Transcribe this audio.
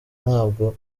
ntabwo